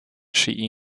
she